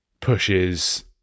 pushes